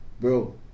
bro